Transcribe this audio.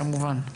כמובן.